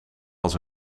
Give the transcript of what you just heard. was